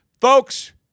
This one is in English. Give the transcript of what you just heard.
Folks